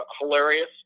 hilarious